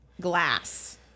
glass